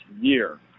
year